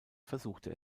versuchte